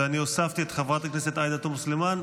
אני הוספתי את חברת הכנסת עאידה תומא סלימאן,